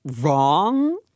wrong